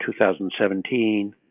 2017